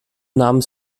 namen